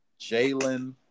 Jalen